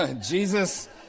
Jesus